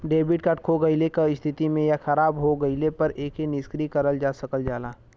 debit card खो गइले क स्थिति में या खराब हो गइले पर एके निष्क्रिय करल जा सकल जाला